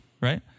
right